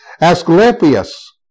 Asclepius